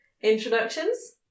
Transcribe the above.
introductions